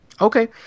Okay